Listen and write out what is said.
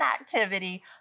activity